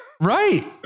Right